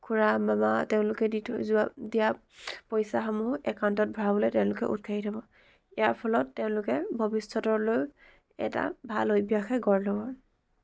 খুৰা মামা তেওঁলোকে দি থৈ যোৱা দিয়া পইচাসমূহ একাউণ্টত ভৰাবলৈ তেওঁলোকে উৎসাহিত হ'ব ইয়াৰ ফলত তেওঁলোকে ভৱিষ্যতলৈ এটা ভাল অভ্যাসে গঢ় ল'ব